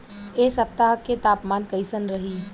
एह सप्ताह के तापमान कईसन रही?